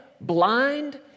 blind